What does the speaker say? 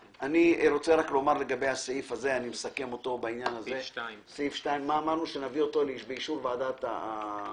מסכם את סעיף 2. אמרנו שנביא אותו באישור ועדת הכלכלה.